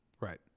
Right